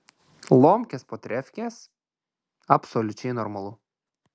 lomkės po trefkės absoliučiai normalu